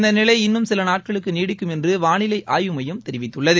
இந்த நிலை இன்னும் சில நாட்களுக்கு நீடிக்கும் என்று வானிலை ஆய்வு மையம் தெரிவித்துள்ளது